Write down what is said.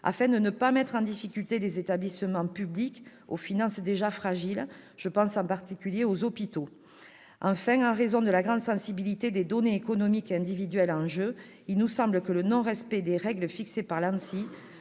afin de ne pas mettre en difficulté des établissements publics aux finances déjà fragiles. Je pense en particulier aux hôpitaux. Enfin, en raison de la grande sensibilité des données économiques et individuelles en jeu, il nous semble que le non-respect des règles fixées par l'ANSSI